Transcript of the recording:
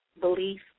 belief